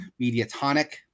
Mediatonic